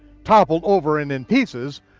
toppled over and in pieces,